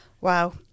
Wow